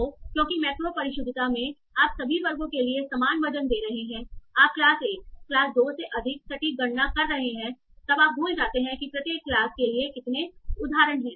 तो क्योंकि मैक्रो परिशुद्धता में आप सभी वर्गों के लिए समान वजन दे रहे हैं आप क्लास 1 क्लास 2 से अधिक सटीक गणना कर रहे हैं तब आप भूल जाते हैं कि प्रत्येक क्लास के लिए कितने उदाहरण हैं